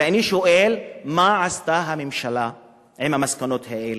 ואני שואל, מה עשתה הממשלה עם המסקנות האלה?